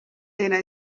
era